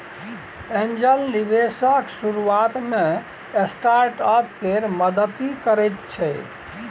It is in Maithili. एंजल निबेशक शुरुआत मे स्टार्टअप केर मदति करैत छै